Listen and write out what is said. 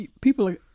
people